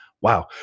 Wow